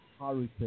hurricane